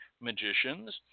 magicians